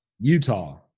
Utah